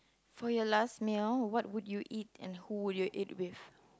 for your last meal what would you eat and who would you eat with